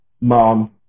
mom